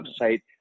website